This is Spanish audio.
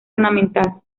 ornamental